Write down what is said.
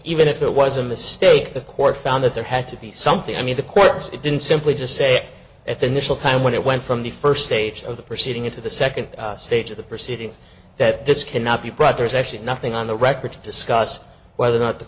even if it was a mistake the court found that there had to be something i mean the course it didn't simply just say at the national time when it went from the first stage of the proceeding into the second stage of the proceedings that this cannot be brought there's actually nothing on the record to discuss whether or not the